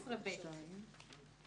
ל-12(ב).